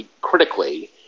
critically